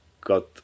got